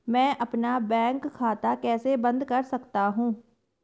मैं अपना बैंक खाता कैसे बंद कर सकता हूँ?